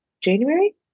January